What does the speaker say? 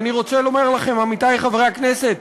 אני רוצה לומר לכם, עמיתי חברי הכנסת,